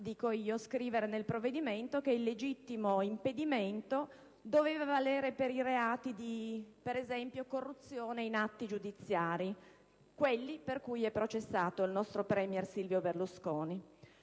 dico io - scrivere nel provvedimento che il legittimo impedimento doveva valere - per esempio - per i reati di corruzione in atti giudiziari, quelli per cui è processato il nostro *premier* Silvio Berlusconi.